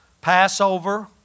Passover